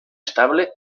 estable